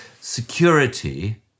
security